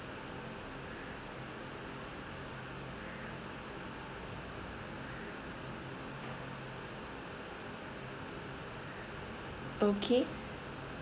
okay